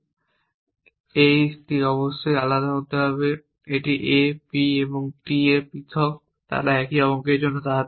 এবং এটি অবশ্যই আলাদা হতে হবে এই a p এবং t পৃথক তারা একই অঙ্কের জন্য দাঁড়াতে পারে না